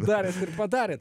dar padarėt